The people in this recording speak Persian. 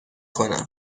کنم